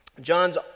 John's